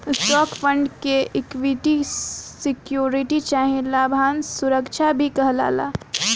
stock fund के equity security चाहे लाभांश सुरक्षा भी कहाला